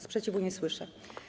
Sprzeciwu nie słyszę.